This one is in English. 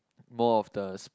more of the